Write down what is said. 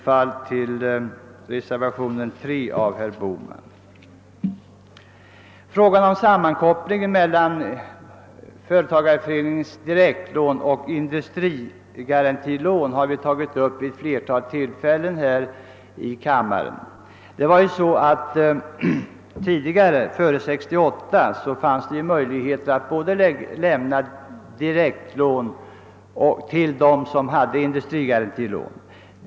Frågan om sammankopplingen mellan företagareföreningarnas direktlån och industrigarantilån har vi tagit upp här i riksdagen vid ett flertal tillfällen. Före år 1968 fanns det möjlighet att lämna direktlån även till dem som hade industrigarantilån.